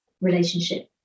relationship